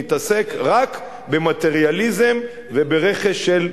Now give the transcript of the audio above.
נתעסק רק במטריאליזם וברכש של,